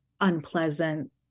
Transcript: unpleasant